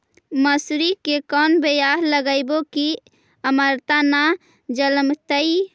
मसुरी के कोन बियाह लगइबै की अमरता न जलमतइ?